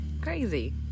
Crazy